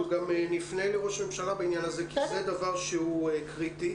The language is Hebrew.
אנחנו גם נפנה לראש הממשלה בעניין הזה כי זה דבר שהוא קריטי